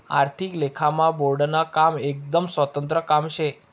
आर्थिक लेखामा बोर्डनं काम एकदम स्वतंत्र काम शे